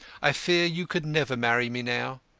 i feel you could never marry me now.